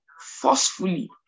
forcefully